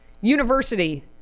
University